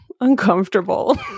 uncomfortable